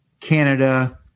Canada